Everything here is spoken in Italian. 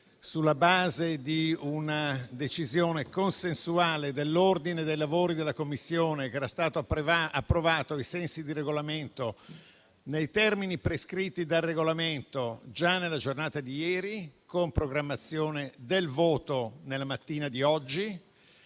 sulla base di una decisione consensuale dell'ordine dei lavori della Commissione che era stato approvato, ai sensi del Regolamento e nei termini prescritti dal Regolamento, già nella giornata di ieri con programmazione del voto nella mattina di oggi